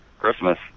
christmas